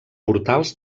portals